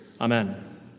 Amen